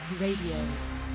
Radio